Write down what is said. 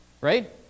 Right